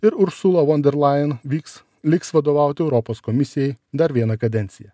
ir ursula vonderlain vyks liks vadovauti europos komisijai dar vieną kadenciją